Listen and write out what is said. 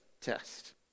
test